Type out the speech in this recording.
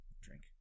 drink